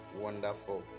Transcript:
wonderful